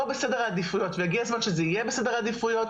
בראש סדר העדיפויות והגיע הזמן שזה יהיה בסדר העדיפויות,